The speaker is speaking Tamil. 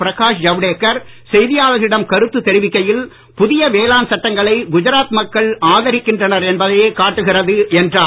பிரகாஷ் ஜவ்டேக்கர் செய்தியாளர்களிடம் கருத்து தெரிவிக்கையில் புதிய வேளாண் சட்டங்களை குஜராத் மக்கள் ஆதரிக்கின்றனர் என்பதையே காட்டுகிறது என்றார்